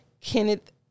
Kenneth